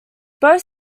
both